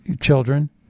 children